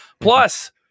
Plus